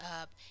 up